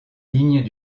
lignes